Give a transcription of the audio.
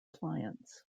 appliance